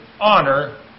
honor